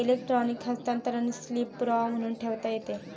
electronic हस्तांतरण slip पुरावा म्हणून ठेवता येते